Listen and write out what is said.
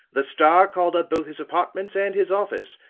the star called up both his apartments and his office,